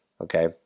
Okay